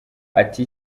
ati